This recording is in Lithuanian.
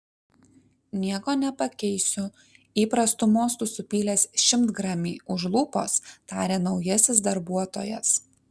nieko nepakeisiu įprastu mostu supylęs šimtgramį už lūpos tarė naujasis darbuotojas